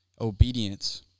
Obedience